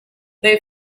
they